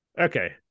Okay